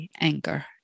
anger